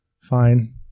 Fine